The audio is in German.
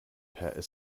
per